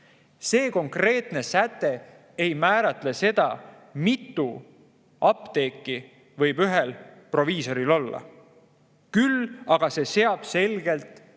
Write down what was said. See konkreetne säte ei määratle seda, mitu apteeki võib ühel proviisoril olla, küll aga seab see selgelt piiri,